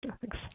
Thanks